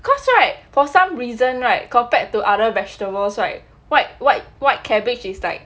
cause right for some reason right compared to other vegetables right white white white cabbage is like